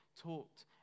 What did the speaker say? talked